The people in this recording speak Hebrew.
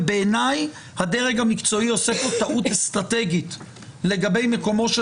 ובעיני הדרג המקצועי עושה פה טעות אסטרטגית לגבי מקומו של